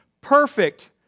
perfect